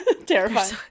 Terrifying